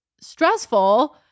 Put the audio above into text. stressful